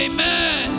Amen